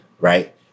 right